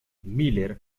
miller